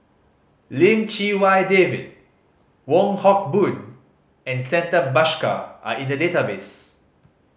Lim Chee Wai David Wong Hock Boon and Santha Bhaskar are in the database